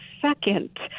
second